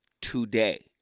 today